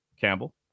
Campbell